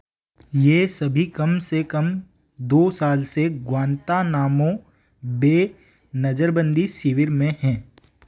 ये सभी कम से कम दो साल से ग्वांतानामो बे नज़रबंदी शिविर में हैं